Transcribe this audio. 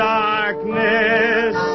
darkness